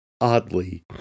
oddly